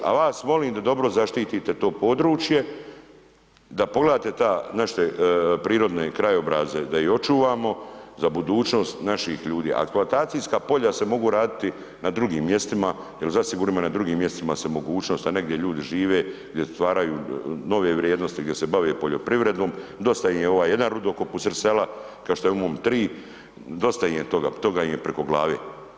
A vas molim da dobro zaštitite to područje, da pogleda ta naše prirodne krajobraze da ih očuvamo za budućnost naših ljudi, a eksploatacijska polja se mogu raditi na drugim mjestima jer zasigurno na drugim mjestima se mogućnosti, a negdje ljudi žive gdje stvaraju nove vrijednosti, gdje se bave poljoprivredom, dosta im je ovaj jedan rudokop usred sela, kao što je u mom 3, dosta im je toga, toga im je preko glave.